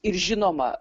ir žinoma